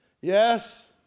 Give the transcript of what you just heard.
Yes